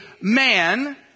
man